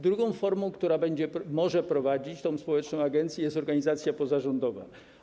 Drugą formą, która może prowadzić tę społeczną agencję, jest organizacja pozarządowa.